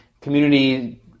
community